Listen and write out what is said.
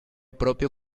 propio